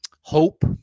hope